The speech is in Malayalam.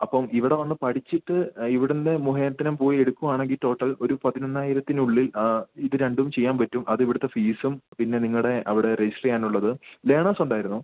അപ്പം ഇവിടെ വന്ന് പഠിച്ചിട്ട് ഇവിടുന്ന് മുഖാന്തരം പോയി എടുക്കുകയാണെങ്കിൽ ടോട്ടൽ ഒരു പതിനൊന്നായിരത്തിനുള്ളിൽ ഇത് രണ്ടും ചെയ്യാൻ പറ്റും അത് ഇവിടുത്തെ ഫീസും പിന്നെ നിങ്ങളുടെ അവിടെ രജിസ്റ്ററ് ചെയ്യാനുള്ളത് ലേണേസ് ഉണ്ടായിരുന്നോ